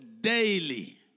daily